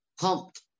pumped